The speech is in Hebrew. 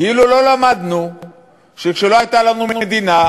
כאילו לא למדנו שכשלא הייתה לנו מדינה,